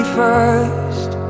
first